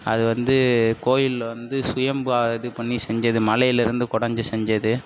அது வந்து கோவிலில் வந்து சுயம்பாக இது பண்ணி செஞ்சது மலையில் இருந்து கொடைஞ்சி செஞ்சது